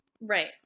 right